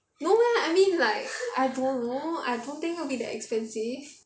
no eh I mean like I don't know I don't think it'll be that expensive